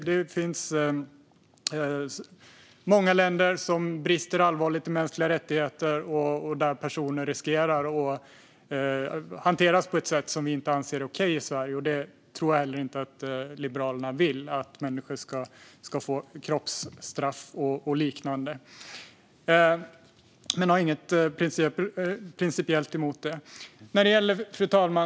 Det finns många länder som brister allvarligt när det gäller mänskliga rättigheter och där personer riskerar att hanteras på ett sätt som vi i Sverige anser inte är okej. Jag tror inte heller att Liberalerna vill att människor ska få kroppsstraff och liknande. Vi har inget principiellt emot det som utredningen tittar på. Fru talman!